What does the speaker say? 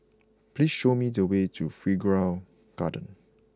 please show me the way to Figaro Garden